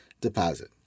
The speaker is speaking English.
deposit